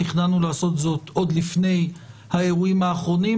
תכננו לעשות זאת עוד לפני האירועים האחרונים,